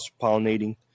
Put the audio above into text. pollinating